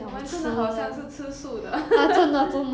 我们真的好像是吃素的